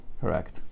Correct